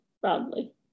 broadly